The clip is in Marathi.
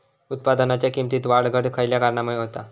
उत्पादनाच्या किमतीत वाढ घट खयल्या कारणामुळे होता?